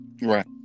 Right